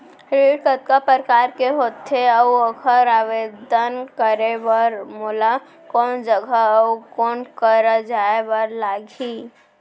ऋण कतका प्रकार के होथे अऊ ओखर आवेदन करे बर मोला कोन जगह अऊ कोन करा जाए बर लागही?